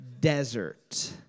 Desert